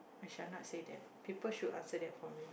I shall not say that people should answer that for me